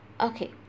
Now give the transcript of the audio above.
Okay